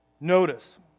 Notice